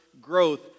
growth